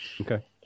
Okay